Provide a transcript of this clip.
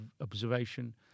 observation